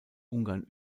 ungarn